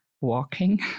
walking